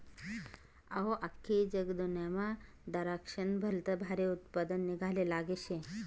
अहो, आख्खी जगदुन्यामा दराक्शेस्नं भलतं भारी उत्पन्न निंघाले लागेल शे